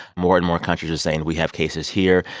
more and more countries are saying, we have cases here.